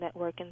networking